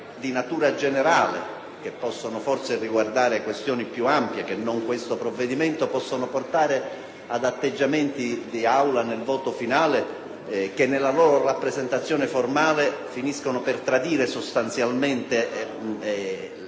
di natura generale, che possono forse riguardare questioni più ampie che non questo provvedimento, possono portare ad atteggiamenti d'Aula nel voto finale che nella loro rappresentazione formale finiscono per tradire sostanzialmente la